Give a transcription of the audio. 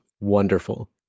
wonderful